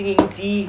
金营